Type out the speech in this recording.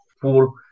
full